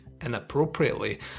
inappropriately